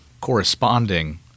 corresponding